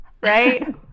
right